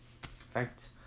fact